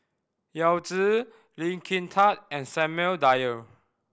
Yao Zi Lee Kin Tat and Samuel Dyer